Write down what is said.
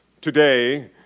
today